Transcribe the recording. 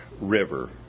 River